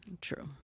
True